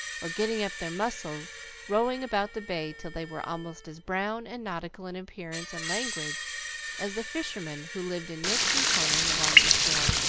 or getting up their muscle rowing about the bay till they were almost as brown and nautical in appearance and language as the fishermen who lived in nooks and corners along the shore.